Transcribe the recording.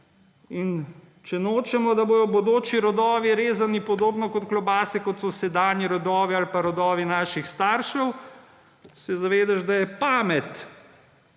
In če nočemo, da bodo bodoči rodovi rezani podobno kot klobase, kot so sedanji rodovi ali pa rodovi naših staršev, se zavedaš, da je pamet